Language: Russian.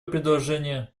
предложение